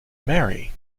marry